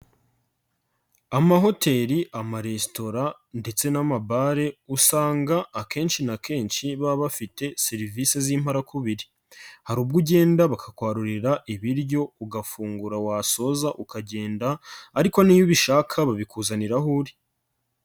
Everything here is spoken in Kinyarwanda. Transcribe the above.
Amahoteli, amaresitora ndetse n'amabare usanga akenshi na kenshi baba bafite serivisi z'imparakubiri, hari ubwo ugenda bakakwarurira ibiryo ugafungura wasoza ukagenda ariko niyo ubishaka babikuzanira aho uri.